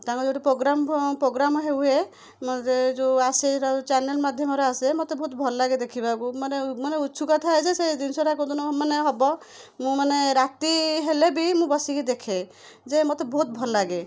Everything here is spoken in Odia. ତାଙ୍କର ଯେଉଁଠି ପ୍ରୋଗ୍ରାମ ପ୍ରୋଗ୍ରାମ ହୁଏ ଆସେ ଚ୍ୟାନେଲ ମାଧ୍ୟ୍ୟମରେ ଆସେ ମତେ ବହୁତ ଭଲ ଲାଗେ ଦେଖିବାକୁ ମାନେ ମାନେ ଉଛୁକ ଥାଏ ଯେ ସେ ଜିନିଷଟା କେଉଁଦିନ ମାନେ ହବ ମୁଁ ମାନେ ରାତି ହେଲେ ବି ମୁଁ ବସିକି ଦେଖେ ଯେ ମତେ ବହୁତ ଭଲ ଲାଗେ